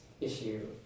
issue